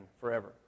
forever